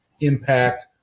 impact